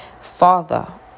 Father